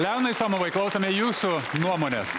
leonai somovai klausome jūsų nuomonės